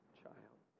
child